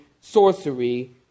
sorcery